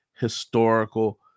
historical